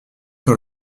sur